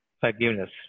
forgiveness